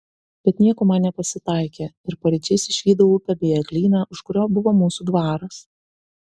bet nieko man nepasitaikė ir paryčiais išvydau upę bei eglyną už kurio buvo mūsų dvaras